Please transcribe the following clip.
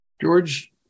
George